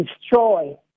destroy